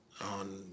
on